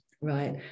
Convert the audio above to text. Right